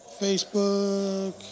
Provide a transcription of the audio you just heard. Facebook